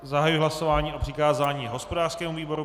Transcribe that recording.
Zahajuji hlasování o přikázání hospodářskému výboru.